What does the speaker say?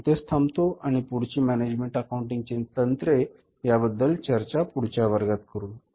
आज इथेच थांबतो आणि पुढची मॅनेजमेंट अकाऊंटिंगची तंत्रे याबद्दलची चर्चा पुढच्या वर्गात करू